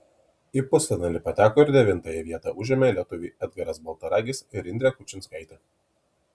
į pusfinalį pateko ir devintąją vietą užėmė lietuviai edgaras baltaragis ir indrė kučinskaitė